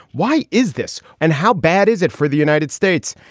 why is this and how bad is it for the united states?